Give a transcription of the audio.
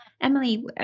Emily